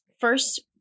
first